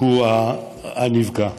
הוא הנפגע.